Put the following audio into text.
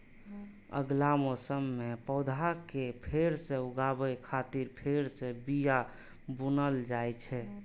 अगिला मौसम मे पौधा कें फेर सं उगाबै खातिर फेर सं बिया बुनल जाइ छै